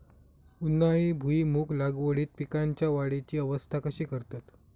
उन्हाळी भुईमूग लागवडीत पीकांच्या वाढीची अवस्था कशी करतत?